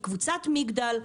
מקבוצת מגדל,